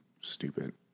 stupid